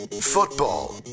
football